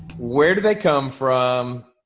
where did they come from?